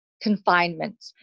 confinement